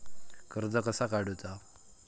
कर्ज कसा काडूचा?